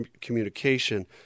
communication